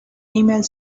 female